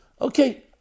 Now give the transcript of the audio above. okay